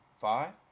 Five